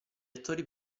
attori